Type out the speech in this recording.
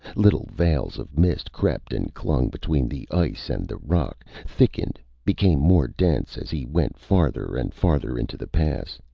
little veils of mist crept and clung between the ice and the rock, thickened, became more dense as he went farther and farther into the pass.